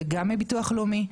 וגם מביטוח לאומי,